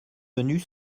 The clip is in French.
venus